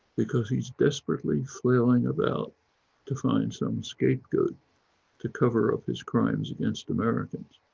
because he's desperately flailing about to find some scapegoat to cover up his crimes against americans,